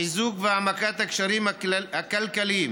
חיזוק הקשרים הכלכליים